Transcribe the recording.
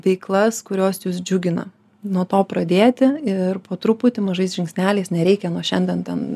veiklas kurios jus džiugina nuo to pradėti ir po truputį mažais žingsneliais nereikia nuo šiandien ten